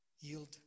yield